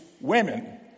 women